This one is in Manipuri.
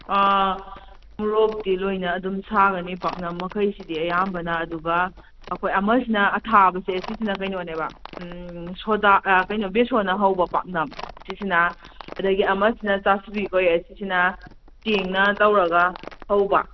ꯃꯣꯔꯣꯛꯇꯤ ꯂꯣꯏꯅ ꯑꯗꯨꯝ ꯁꯥꯒꯅꯤ ꯄꯥꯛꯅꯝ ꯃꯈꯩꯁꯤꯗꯤ ꯑꯌꯥꯝꯕꯅ ꯑꯗꯨꯒ ꯑꯩꯈꯣꯏ ꯑꯃꯁꯤꯅ ꯑꯊꯥꯕꯁꯦ ꯑꯁꯤꯁꯤꯅ ꯀꯩꯅꯣꯅꯦꯕ ꯁꯣꯗꯥ ꯀꯩꯅꯣ ꯕꯦꯁꯣꯟꯅ ꯍꯧꯕ ꯄꯥꯛꯅꯝ ꯁꯤꯁꯤꯅ ꯑꯗꯒꯤ ꯑꯃꯁꯤ ꯆꯥꯁꯨꯕꯤ ꯀꯧꯋꯦ ꯑꯁꯤꯁꯤꯅ ꯆꯦꯡꯅ ꯇꯧꯔꯒ ꯍꯧꯕ